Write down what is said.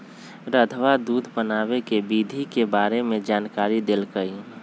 रधवा दूध बनावे के विधि के बारे में जानकारी देलकई